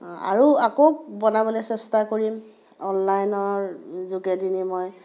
আৰু আকৌ বনাবলৈ চেষ্টা কৰিম অনলাইনৰ যোগেদিনি মই